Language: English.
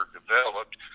developed